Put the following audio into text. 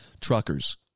truckers